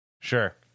Sure